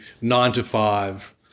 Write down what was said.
nine-to-five